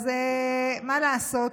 אז מה לעשות,